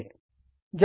त्यामुळे B